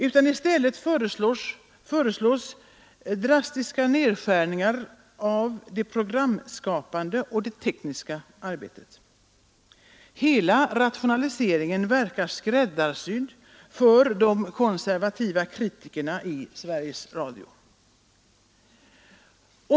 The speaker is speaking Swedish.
I stället föreslås drastiska nedskärningar av det programskapande och tekniska arbetet. Hela rationaliseringen verkar skräddarsydd för de konservativa kritikerna i Sveriges Radio.